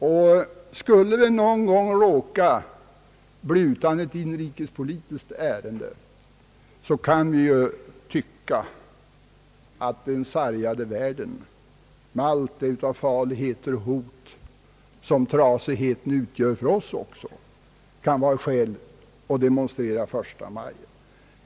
Och skulle vi någon gång råka bli utan ett inrikespolitiskt ärende, så kunde vi ju tycka att den sargade världen, med alla farligheter och det hot som trasigheten utgör också för oss, kan vara skäl att demonstrera på 1 maj.